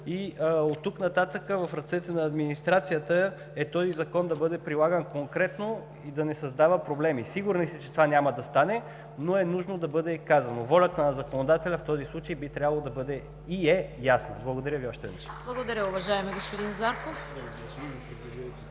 Оттук нататък в ръцете на администрацията е този закон да бъде прилаган конкретно и да не създава проблеми. Сигурни сме, че това няма да стане, но е нужно да бъде казано. Волята на законодателя в този случай би трябвало да бъде и е ясна. Благодаря Ви още веднъж. (Частични ръкопляскания от